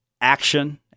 action